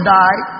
die